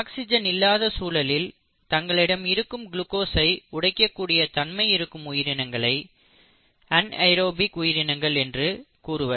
oxygen இல்லாத சூழலில் தங்களிடம் இருக்கும் குளுகோசை உடைக்கக் கூடிய தன்மை இருக்கும் உயிரினங்களை அன்ஏரோபிக் உயிரினங்கள் என்று கூறுவர்